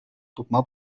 тупма